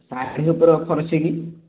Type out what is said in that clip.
ଶାଢ଼ୀ ଉପରେ ଅଫର ଅଛି କି